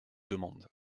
demandent